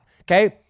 okay